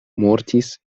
mortis